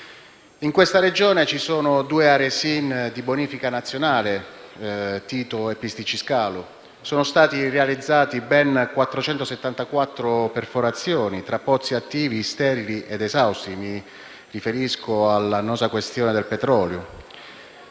In questa Regione ci sono due aree SIN di bonifica nazionale, Tito e Pisticci Scalo; sono state realizzate ben 474 perforazioni tra pozzi attivi, sterili ed esausti (mi riferisco all'annosa questione del petrolio);